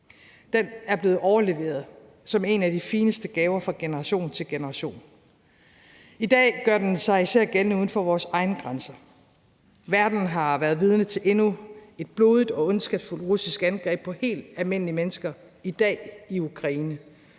er blevet overleveret som en af de fineste gaver fra generation til generation. I dag gør den sig især gældende uden for vores egne grænser. Verden har i dag været vidne til endnu et blodigt og ondskabsfuldt russisk angreb på helt almindelige mennesker i Ukraine.